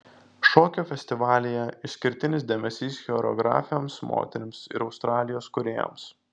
šokio festivalyje išskirtinis dėmesys choreografėms moterims ir australijos kūrėjams